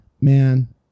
man